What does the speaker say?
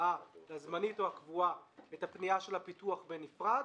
- הזמנית או הקבועה - את הפנייה של הפיקוח בנפרד.